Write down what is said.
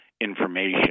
information